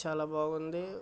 ఇది చాలా బాగుంది